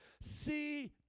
See